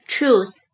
Truth